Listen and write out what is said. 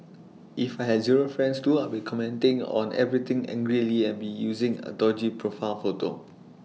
if I had zero friends too I'd be commenting on everything angrily and be using an dodgy profile photo